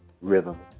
rhythm